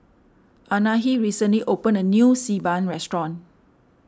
Anahi recently opened a new Xi Ban restaurant